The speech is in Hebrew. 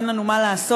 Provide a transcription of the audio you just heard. אין לנו מה לעשות,